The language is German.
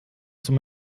zum